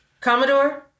commodore